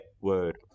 word